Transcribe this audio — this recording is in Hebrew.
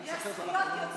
חבר הכנסת שלמה